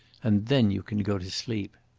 and then you can go to sleep.